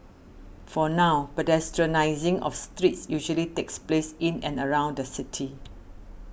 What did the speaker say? for now pedestrianising of streets usually takes place in and around the city